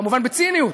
כמובן בציניות,